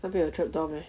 那边有 trap door meh